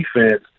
defense